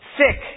sick